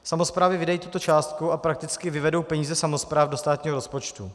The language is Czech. Samosprávy vydají tuto částku a prakticky vyvedou peníze samospráv do státního rozpočtu.